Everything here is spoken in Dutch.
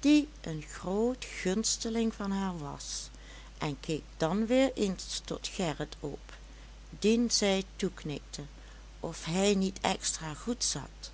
die een groot gunsteling van haar was en keek dan weer eens tot gerrit op dien zij toeknikte of hij niet extra goed zat